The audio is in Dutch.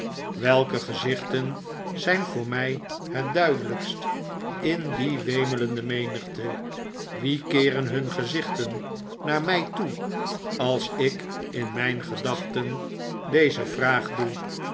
welke gezichten zijn voor mij het duidelijkst in die wemelende menigte wie keeren hun gezichten naar mij toe als ik in mijn gedachten deze vraag doe